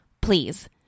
Please